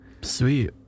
sweet